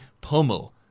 pummel